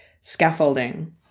scaffolding